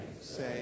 say